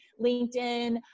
LinkedIn